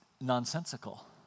nonsensical